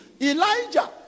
Elijah